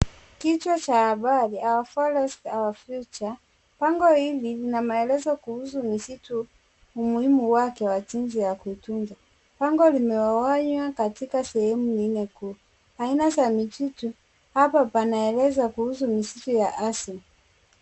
Kichwa cha habari Our Forest Our Future ,bango hili lina maelezo kuhusu misitu ,umuhimu wake na jinsi ya kuitunza, bango limegawanywa katika sehemu nne kuu ,aina za misitu hapa panaeleza kuhusu misitu ya asli.